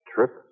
Trip